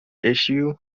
issue